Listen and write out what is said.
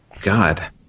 God